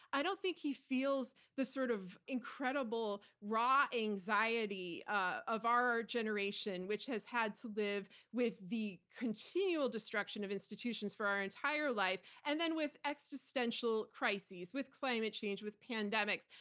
i don't think he feels the sort of incredible raw anxiety ah of our our generation, which has had to live with the continual destruction of institutions for our entire life, and then with existential crises, with climate change, with pandemics.